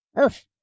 oof